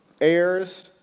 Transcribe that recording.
heirs